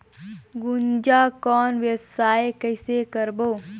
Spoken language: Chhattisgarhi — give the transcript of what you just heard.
गुनजा कौन व्यवसाय कइसे करबो?